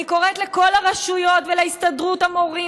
אני קוראת לכל הרשויות ולהסתדרות המורים